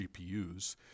GPUs